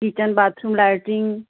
kitchen bathroom latrine